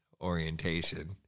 orientation